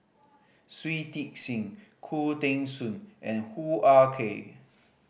Shui Tit Sing Khoo Teng Soon and Hoo Ah Kay